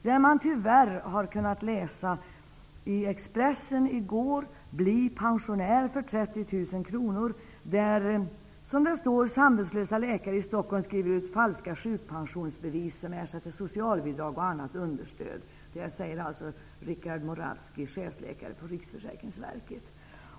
I gårdagens Expressen kunde man tyvärr läsa: ''Bli pensionär för 30 000 kr...'', ''Samvetslösa läkare i Stockholm skriver ut falska sjukpensionsbevis, som ersätter socialbidrag och annat understöd, säger Rikard Morawski, chefläkare på riksförsäkringsverket.''